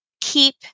keep